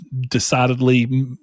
decidedly